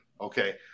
okay